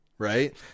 Right